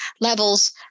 levels